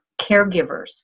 caregivers